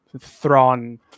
Thrawn